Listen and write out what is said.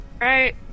Right